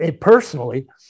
personally